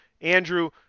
Andrew